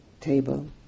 table